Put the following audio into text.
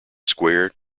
square